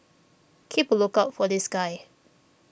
keep a lookout for this guy